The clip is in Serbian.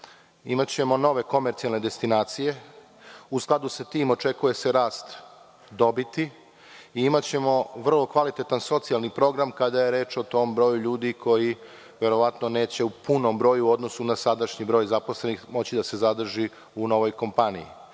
imaćemo nove komercijalne destinacije. U skladu sa tim očekuje se rast dobiti i imaćemo vrlo kvalitetan socijalni program kada je reč o tom broju ljudi koji verovatno neće u punom broju u odnosu na sadašnji broj zaposlenih moći da se zadrži u novoj kompaniji. To